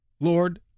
Lord